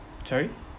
sorry